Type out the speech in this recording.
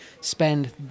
spend